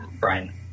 Brian